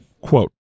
quote